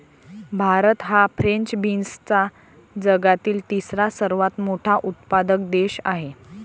भारत हा फ्रेंच बीन्सचा जगातील तिसरा सर्वात मोठा उत्पादक देश आहे